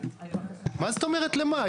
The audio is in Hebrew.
מה זאת אומרת "למה"?